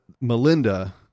Melinda